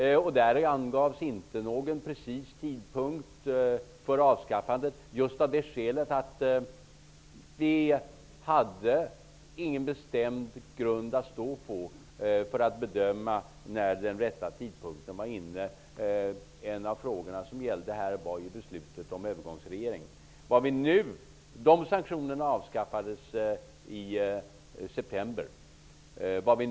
Där gavs inte någon precis tidpunkt för avskaffande, just av det skälet att vi inte hade någon bestämd grund att stå på för att bedöma när den rätta tidpunkten var inne. En av frågorna gällde beslutet om en övergångsregering. De sanktionerna avskaffades i september.